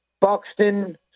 Buxton